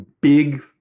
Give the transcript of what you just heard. big